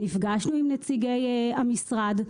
נפגשנו עם נציגי המשרד,